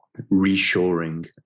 reshoring